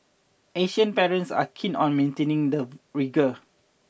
Asian parents are keen on maintaining the rigour